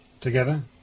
Together